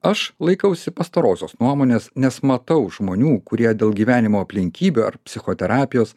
aš laikausi pastarosios nuomonės nes matau žmonių kurie dėl gyvenimo aplinkybių ar psichoterapijos